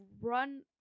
run